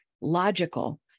logical